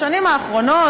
בשנים האחרונות,